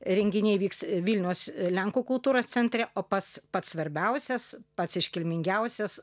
renginiai vyks vilniaus lenkų kultūros centre o pats pats svarbiausias pats iškilmingiausias